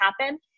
happen